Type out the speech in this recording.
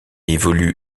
évolue